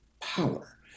power